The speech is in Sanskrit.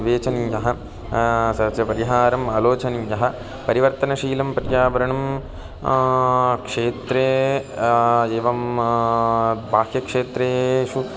विवेचनीयः स च परिहारं आलोचनीयः परिवर्तनशीलं पर्यावरणं क्षेत्रे एवं बाह्यक्षेत्रेषु